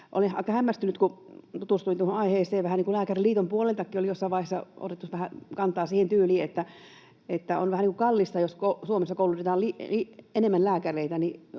Olin aika hämmästynyt, kun tutustuin tuohon aiheeseen, ja vähän Lääkäriliiton puoleltakin oli jossain vaiheessa otettu kantaa siihen tyyliin, että on vähän niin kuin kallista, jos Suomessa koulutetaan enemmän lääkäreitä,